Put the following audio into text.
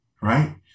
right